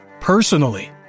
personally